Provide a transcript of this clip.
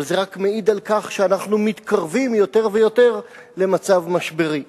אבל זה רק מעיד על כך שאנחנו מתקרבים יותר ויותר למצב משברי.